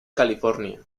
california